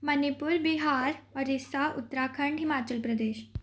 Manipur Bihar Odisha Uttarakhand Himachal Pradesh